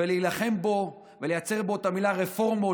ולהילחם בו ולייצר בו את המילה "רפורמות",